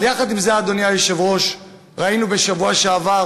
אבל יחד עם זה, אדוני היושב-ראש, ראינו בשבוע שעבר